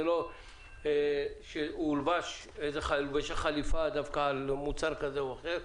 זה לא שהולבשה חליפה על מוצר כזה או אחר.